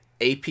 AP